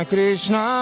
Krishna